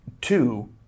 Two